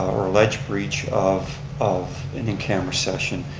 or alleged breach, of of an in camera session.